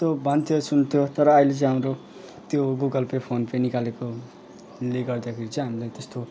त्यस्तो भन्थ्यो सुन्थ्यो तर आहिले चाहिँ हाम्रो त्यो गुगल पे फोन पे निकालेकोले गर्दाखेरि चाहिँ हाम्रो त्यस्तो